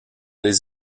les